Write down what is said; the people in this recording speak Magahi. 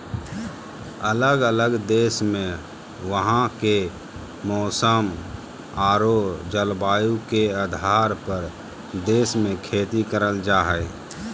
अलग अलग देश मे वहां के मौसम आरो जलवायु के आधार पर देश मे खेती करल जा हय